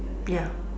ya